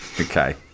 Okay